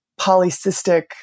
polycystic